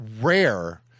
rare